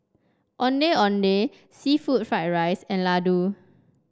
Ondeh Ondeh seafood Fried Rice and Laddu